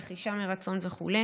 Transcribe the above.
רכישה מרצון וכו'.